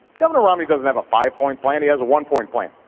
governor romney doesn't have a five-point plan, he has a one-point plan,